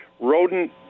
rodent